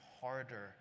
harder